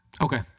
Okay